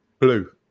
blue